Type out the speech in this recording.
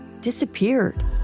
disappeared